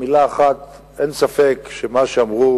מלה אחת: אין ספק שמה שאמרו